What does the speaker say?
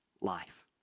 life